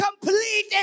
complete